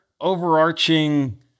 overarching